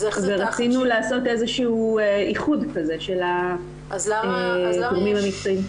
אז רצינו לעשות איחוד כזה של הגורמים המקצועיים.